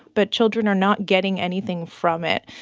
but children are not getting anything from it.